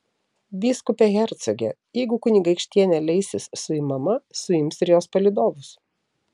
vyskupe hercoge jeigu kunigaikštienė leisis suimama suims ir jos palydovus